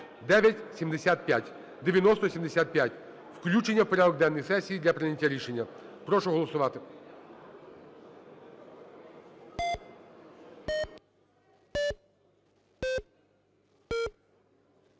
(9075). Включення в порядок денний сесії для прийняття рішення. Прошу голосувати.